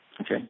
Okay